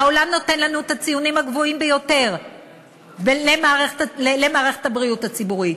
העולם נותן לנו את הציונים הגבוהים ביותר למערכת הבריאות הציבורית.